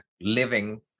living